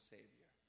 Savior